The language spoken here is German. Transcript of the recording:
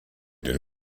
den